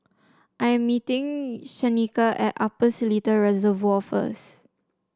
I am meeting Shanika at Upper Seletar Reservoir first